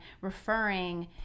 referring